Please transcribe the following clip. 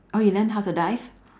oh you learn how to dive